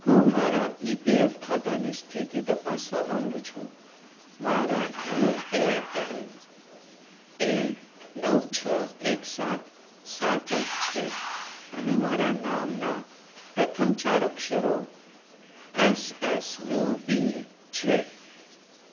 હું મારા E P F ખાતાની સ્થિતિ તપાસવા માંગુ છું મારા યુ એ એન એ નવ છ એક સાત સાત એક છે અને મારા નામના પ્રથમ ચાર અક્ષરો એસ એસ યુ બી છે